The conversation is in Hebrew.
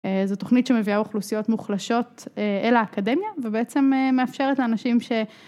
זו תוכנית שמביאה אוכלוסיות מוחלשות אל האקדמיה, ובעצם מאפשרת לאנשים ש...